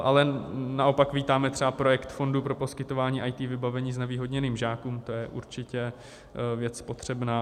Ale naopak vítáme třeba projekt fondu pro poskytování IT vybavení znevýhodněným žákům, to je určitě věc potřebná.